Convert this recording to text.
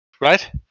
right